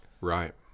Right